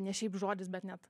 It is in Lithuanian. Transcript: ne šiaip žodis bet net